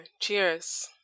Cheers